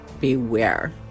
beware